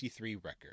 record